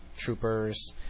Troopers